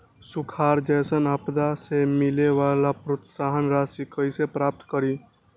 सुखार जैसन आपदा से मिले वाला प्रोत्साहन राशि कईसे प्राप्त करी?